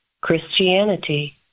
Christianity